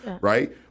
Right